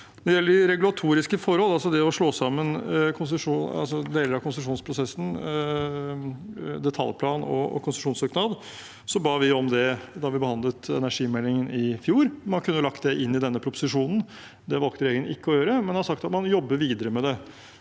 Når det gjelder de regulatoriske forhold, altså det å slå sammen deler av konsesjonsprosessen, detaljplan og konsesjonssøknad, ba vi om det da vi behandlet energimeldingen i fjor. Man kunne lagt det inn i denne proposisjonen. Det valgte regjeringen ikke å gjøre, men har sagt at man jobber videre med det.